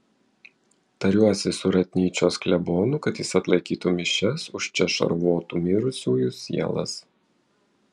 tariuosi su ratnyčios klebonu kad jis atlaikytų mišias už čia šarvotų mirusiųjų sielas